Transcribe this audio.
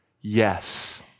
Yes